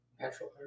Natural